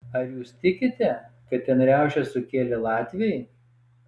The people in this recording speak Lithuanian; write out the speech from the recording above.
ar jūs tikite kad ten riaušes sukėlė latviai